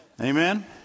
Amen